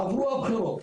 עברו הבחירות,